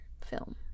film